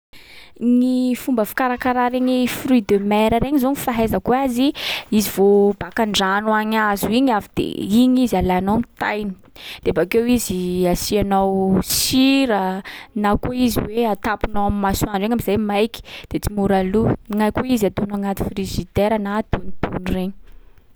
Gny fomba fikarakarà regny fruits de mer regny zao ny fahaizako azy, izy vao baka an-drano agny azo iny avy de iny izy alànao ny tainy. De bakeo izy asiànao sira, na koa izy hoe atapinao amin’ny masoandro eny am’zay maiky de tsy mora lo. Na koa izy ataonao agnaty frigidaire na atonotono regny.